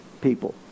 people